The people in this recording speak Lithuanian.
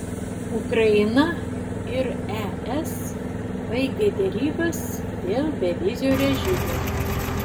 ukraina ir es baigė derybas dėl bevizio režimo